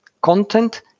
content